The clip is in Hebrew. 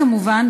כמובן,